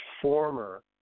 former